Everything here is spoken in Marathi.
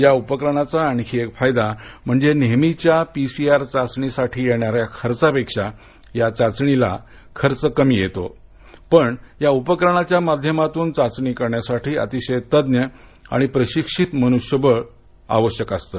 या उपकरणाचा आणखी एक फायदा म्हणजे नेहमीच्या पीसीआर चाचणीसाठी येणाऱ्या खर्चापेक्षा या चाचणीला कमी खर्च येतो पण या उपकरणाच्या माध्यमातून चाचणी करण्यासाठी अतिशय तज्ञ आणि प्रशिक्षित मनुष्यबळ लागतं